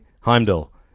Heimdall